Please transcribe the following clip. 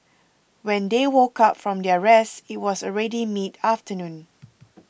when they woke up from their rest it was already mid afternoon